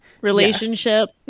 relationship